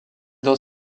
dans